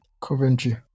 Coventry